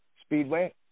Speedway